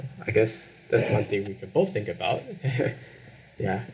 I guess that's one thing we can both think about ya